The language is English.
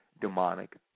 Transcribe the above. demonic